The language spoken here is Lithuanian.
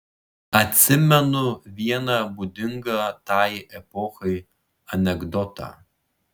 atsimenu vieną būdingą tai epochai anekdotą